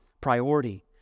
priority